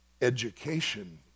education